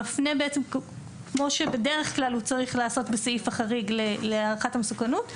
מפנה בעצם כמו שבדרך כלל הוא צריך לעשות בסעיף החריג להערכת המסוכנות,